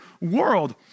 world